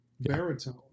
baritone